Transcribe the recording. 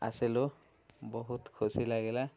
ଆସିଲୁ ବହୁତ ଖୁସି ଲାଗିଲା